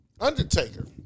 Undertaker